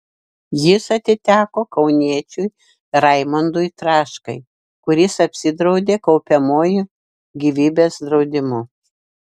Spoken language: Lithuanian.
jis atiteko kauniečiui raimondui traškai kuris apsidraudė kaupiamuoju gyvybės draudimu